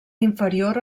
inferior